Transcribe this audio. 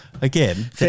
Again